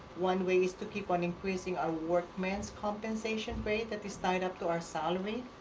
one way is to keep on increasing our workman's compensation rate that is tied up to our salary.